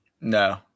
No